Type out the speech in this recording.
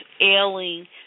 ailing